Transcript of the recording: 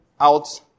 out